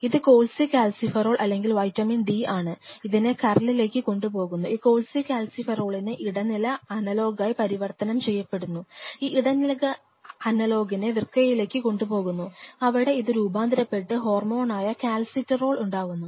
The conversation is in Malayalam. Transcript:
ഇത് കോൾകാൽസിഫെറോൾ അല്ലെങ്കിൽ വിറ്റാമിൻ ഡി ആണ് ഇതിനെ കരളിലേക്ക് കൊണ്ടുപോകുന്നു ഈ കോൾകാൽസിഫെറോലിനെ ഇടനില അനലോഗായി പരിവർത്തനം ചെയ്യുന്നു ഈ ഇടനില അനലോഗിനെ വൃക്കയിലേക്ക് കൊണ്ടുപോകുന്നു അവിടെ ഇത് രൂപാന്തരപ്പെട്ട് ഹോർമോണായ കാൽസിട്രിയോൾ ഉണ്ടാവുന്നു